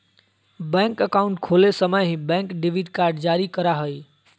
bank account खोले समय ही, बैंक डेबिट कार्ड जारी करा हइ